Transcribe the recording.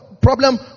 problem